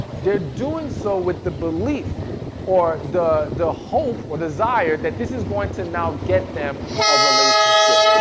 they're doing so with the belief or the the hope or desire that this is going to now get them a relationship.